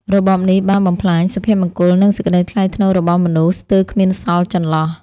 របបនេះបាន បំផ្លាញសុភមង្គលនិងសេចក្តីថ្លៃថ្នូររបស់មនុស្ស ស្ទើរគ្មានសល់ចន្លោះ ។